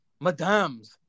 madams